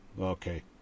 okay